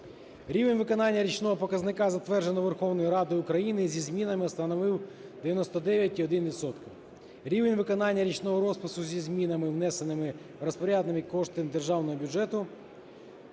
Рівень виконання річного показника, затвердженого Верховною Радою України зі змінами, становив 99,1 відсоток. Рівень виконання річного розпису зі змінами, внесеними розпорядниками коштів державного бюджету